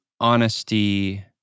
honesty